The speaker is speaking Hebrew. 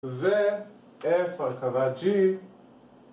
ו... איפה הרכבת g?